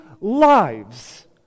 lives